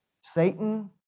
Satan